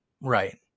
Right